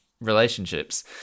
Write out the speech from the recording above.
relationships